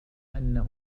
أنه